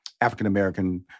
African-American